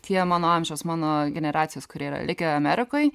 tie mano amžiaus mano generacijos kurie yra likę amerikoj